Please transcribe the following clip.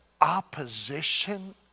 opposition